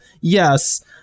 yes